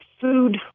food